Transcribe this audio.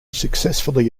successfully